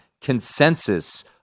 consensus